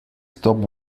stop